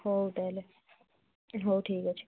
ହଉ ତା'ହେଲେ ହଉ ଠିକ୍ ଅଛି